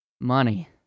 Money